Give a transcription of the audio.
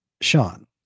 Sean